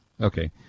Okay